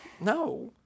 No